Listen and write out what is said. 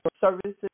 services